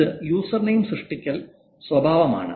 ഇത് യൂസർനെയിം സൃഷ്ടിക്കൽ സ്വഭാവമാണ്